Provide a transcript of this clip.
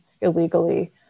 illegally